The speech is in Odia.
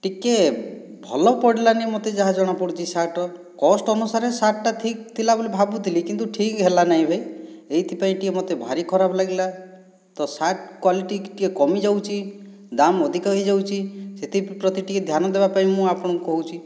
ଟିକିଏ ଭଲ ପଡ଼ିଲାନାହିଁ ମୋତେ ଯାହା ଜଣାପଡ଼ୁଛି ଶାର୍ଟ କଷ୍ଟ ଅନୁସାରେ ଶାର୍ଟଟା ଠିକ୍ ଥିଲା ବୋଲି ଭାବୁଥିଲି କିନ୍ତୁ ଠିକ୍ ହେଲା ନାହିଁ ଭାଇ ଏଇଥିପାଇଁ ଟିକିଏ ମୋତେ ଭାରି ଖରାପ ଲାଗିଲା ତ ଶାର୍ଟ କ୍ଵାଲିଟି ଟିକିଏ କମି ଯାଉଚି ଦାମ ଅଧିକା ହୋଇଯାଉଛି ସେଥିପ୍ରତି ଟିକେ ଧ୍ୟାନ ଦେବା ପାଇଁ ମୁଁ ଆପଣଙ୍କୁ କହୁଛି